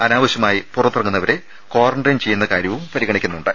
അനാവശ്യമായി പുറത്തിറങ്ങുന്നവരെ ക്വാറന്റൈൻ ചെയ്യുന്ന കാര്യവും പരിഗണിക്കുന്നുണ്ട്